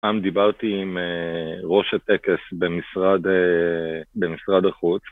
פעם דיברתי עם ראש הטקס במשרד החוץ